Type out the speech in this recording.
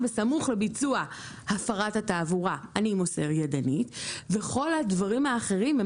בסמוך לביצוע הפרת התעבורה אני מוסר ידנית וכל הדברים האחרים הם